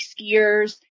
skiers